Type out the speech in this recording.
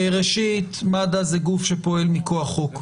ראשית, מד"א זה גוף שפועל מכוח חוק.